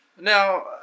Now